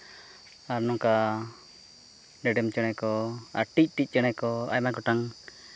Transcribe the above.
ᱟᱨ ᱱᱚᱝᱠᱟ ᱰᱮᱰᱮᱢ ᱪᱮᱬᱮ ᱠᱚ ᱟᱨ ᱴᱤᱡᱴᱤᱡ ᱪᱮᱬᱮ ᱠᱚ ᱟᱭᱢᱟ ᱜᱚᱴᱟᱝ